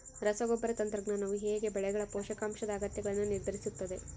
ರಸಗೊಬ್ಬರ ತಂತ್ರಜ್ಞಾನವು ಹೇಗೆ ಬೆಳೆಗಳ ಪೋಷಕಾಂಶದ ಅಗತ್ಯಗಳನ್ನು ನಿರ್ಧರಿಸುತ್ತದೆ?